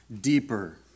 deeper